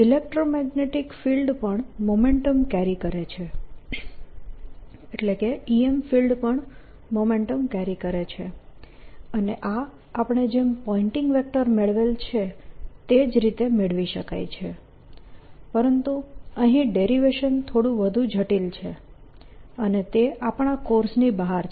electromagnetic field પણ momentum carry કરે છે EM ફિલ્ડ પણ મોમેન્ટમ કેરી કરે છે અને આ આપણે જેમ પોઇન્ટીંગ વેક્ટર મેળવેલ છે તે જ રીતે મેળવી શકાય છે પરંતુ અહીં ડેરિવેશન થોડુ વધુ જટિલ છે અને તે આપણા કોર્સની બહાર છે